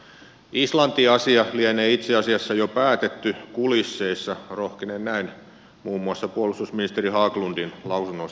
islanti asia lienee itse asiassa jo päätetty kulisseissa rohkenen näin muun muassa puolustusministeri haglundin lausunnoista päätellä